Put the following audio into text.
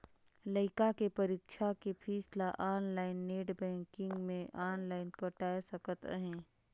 लइका के परीक्षा के पीस ल आनलाइन नेट बेंकिग मे आनलाइन पटाय सकत अहें